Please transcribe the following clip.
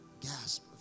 gasp